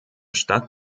stadt